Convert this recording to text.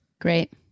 Great